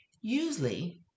usually